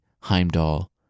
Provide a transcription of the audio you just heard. Heimdall